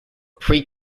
pre